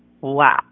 Wow